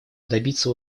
добиться